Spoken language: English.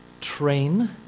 train